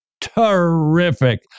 Terrific